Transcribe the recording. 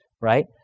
right